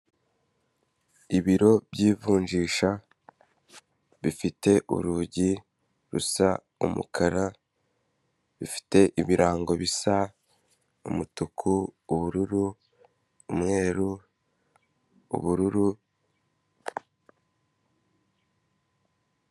Ibiro by'ivunjisha bifite urugi rusa umukara bifite ibirango bisa umutuku, ubururu, umweru, ubururu.